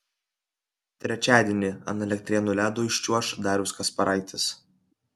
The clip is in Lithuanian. trečiadienį ant elektrėnų ledo iščiuoš darius kasparaitis